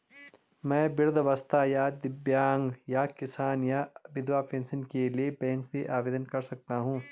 मैं वृद्धावस्था या दिव्यांग या किसान या विधवा पेंशन के लिए बैंक से आवेदन कर सकता हूँ?